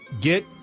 get